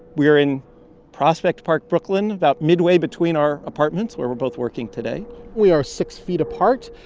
we are in prospect park, brooklyn, about midway between our apartments, where we're both working today we are six feet apart.